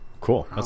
Cool